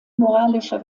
moralischer